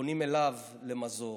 אליו פונים למזור.